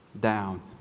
down